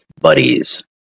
buddies